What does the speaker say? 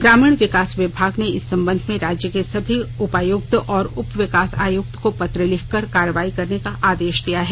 ग्रामीण विकास विभाग ने इस संबंध में राज्य के सभी उपायुक्त और उपविकास आयुक्त को पत्र लिखकर कार्रवाई करने का आदेश दिया है